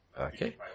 Okay